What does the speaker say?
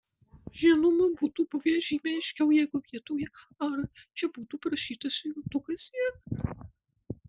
žinoma būtų buvę žymiai aiškiau jeigu vietoje ar čia būtų parašytas jungtukas ir